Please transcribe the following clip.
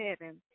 heaven